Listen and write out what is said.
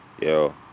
Yo